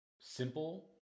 simple